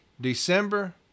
December